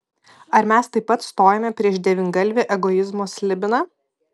ar mes taip pat stojome prieš devyngalvį egoizmo slibiną